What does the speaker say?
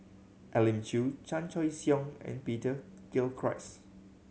Elim Chew Chan Choy Siong and Peter Gilchrist